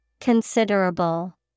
Considerable